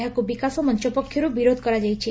ଏହାକୁ ବିକାଶ ମଞ ପକ୍ଷରୁ ବିରୋଧ କରାଯାଇଛି